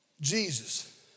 Jesus